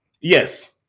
Yes